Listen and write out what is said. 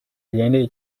人类